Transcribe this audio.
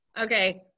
Okay